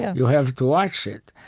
you have to watch it.